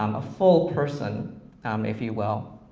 um a full person if you will.